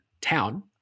town